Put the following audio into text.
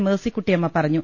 മേഴ്സിക്കുട്ടിയമ്മ പറഞ്ഞു